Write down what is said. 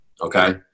Okay